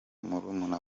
murumuna